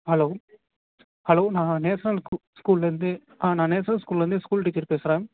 hello hello நான் national ஸ்கூல்லேருந்து நான் நேஷனல் ஸ்கூல்லேருந்து ஸ்கூல் டீச்சர் பேசுகிறேன்